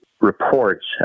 reports